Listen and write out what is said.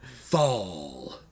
Fall